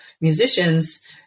musicians